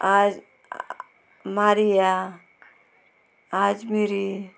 R Maria आजमिरी